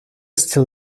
still